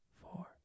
four